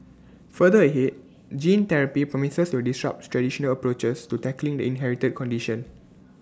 further ahead gene therapy promises to disrupt traditional approaches to tackling the inherited condition